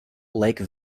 lake